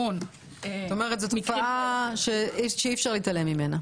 זאת אומרת זאת תופעה שאי אפשר להתעלם ממנה.